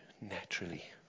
naturally